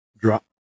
drop